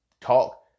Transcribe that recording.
talk